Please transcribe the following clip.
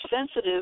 sensitive